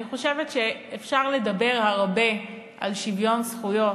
אני חושבת שאפשר לדבר הרבה על שוויון זכויות,